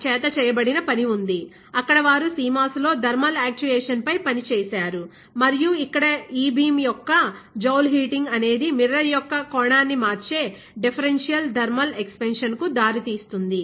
Alberta చేత చేయబడిన పని ఉంది అక్కడ వారు CMOS లో థర్మల్ యాక్చుయేషన్స్ పై పని చేశారు మరియు ఇక్కడ బీమ్ యొక్క జౌల్ హీటింగ్ అనేది మిర్రర్ యొక్క కోణాన్ని మార్చే డిఫరెన్షియల్ థర్మల్ ఎక్సపెన్షన్ కు దారితీస్తుంది